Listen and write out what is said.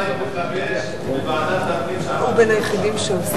כבוד השר, ב-2005 בוועדת הפנים שעמדתי בראשה.